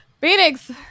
Phoenix